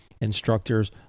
instructors